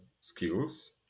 skills